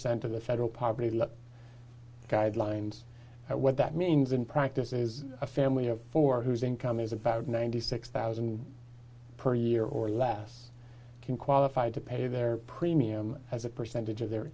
percent of the federal poverty level guidelines and what that means in practice is a family of four whose income is about ninety six thousand per year or less can qualify to pay their premium as a percentage of their